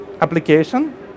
Application